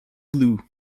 glue